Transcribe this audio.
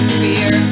fear